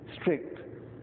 strict